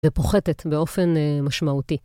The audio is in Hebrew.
ופוחתת באופן משמעותי.